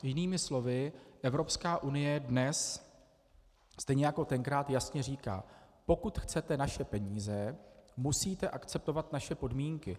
Jinými slovy, Evropská unie dnes stejně jako tenkrát jasně říká: Pokud chcete naše peníze, musíte akceptovat naše podmínky.